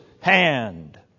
hand